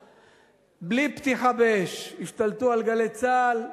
בלי פתיחה באש השתלטו על "גלי צה"ל",